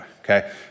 Okay